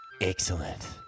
Excellent